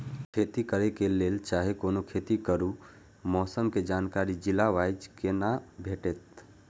खेती करे के लेल चाहै कोनो खेती करू मौसम के जानकारी जिला वाईज के ना भेटेत?